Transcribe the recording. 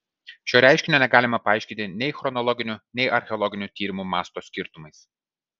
šio reiškinio negalima paaiškinti nei chronologiniu nei archeologinių tyrimų masto skirtumais